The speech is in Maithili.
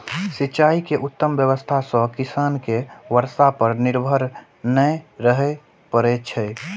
सिंचाइ के उत्तम व्यवस्था सं किसान कें बर्षा पर निर्भर नै रहय पड़ै छै